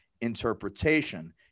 interpretation